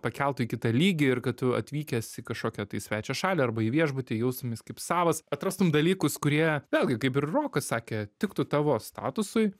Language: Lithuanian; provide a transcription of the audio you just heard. pakeltų į kitą lygį ir kad tu atvykęs į kažkokią tai svečią šalį arba į viešbutį jaustumeis kaip savas atrastum dalykus kurie vėlgi kaip ir rokas sakė tiktų tavo statusui